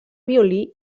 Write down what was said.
violí